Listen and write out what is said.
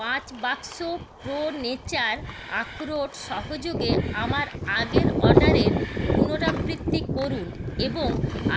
পাঁচ বাক্স pro nature আখরোট সহযোগে আমার আগের অর্ডারের পুনরাবৃত্তি করুন এবং